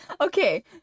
Okay